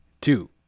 two